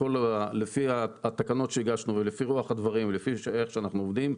לפי התקנות שהגשנו ולפי רוח הדברים ולפי איך שאנחנו עובדים,